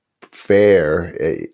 fair